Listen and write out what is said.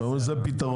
אתה אומר שזה פתרון.